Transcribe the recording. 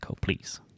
please